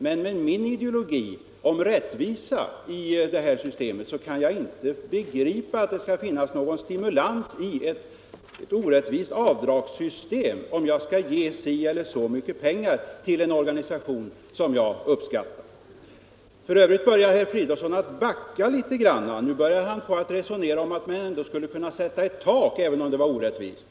Men med min ideologi om rättvisa i skattesystemet = för gåvor till kan jag inte begripa att ett orättvist avdragssystem kan ge någon stimulans — allmännyttiga till att ge si eller så mycket pengar till en organisation som jag uppskattar. ändamål För övrigt börjar nu herr Fridolfsson backa litet. Nu börjar han tala om att man skulle kunna sätta ett tak. Även det vore orättvist.